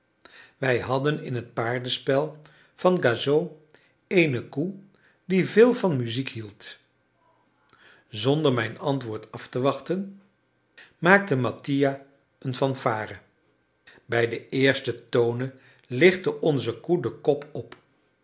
wij hadden in het paardenspel van gassot eene koe die veel van muziek hield zonder mijn antwoord af te wachten maakte mattia een fanfare bij de eerste tonen lichtte onze koe den kop op